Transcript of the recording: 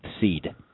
seed